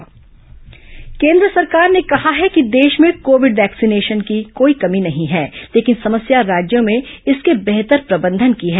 केन्द्र covid vaccine केंद्र सरकार ने कहा है कि देश में कोविड वैक्सीन की कोई कमी नहीं है लेकिन समस्या राज्यों में इसके बेहतर प्रबंधन की है